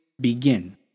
begin